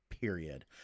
period